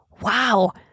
wow